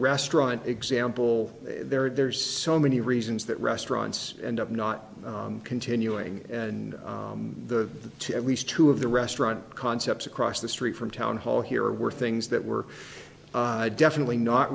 restaurant example there are there's so many reasons that restaurants end up not continuing and the two at least two of the restaurant concepts across the street from town hall here were things that were definitely not